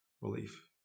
relief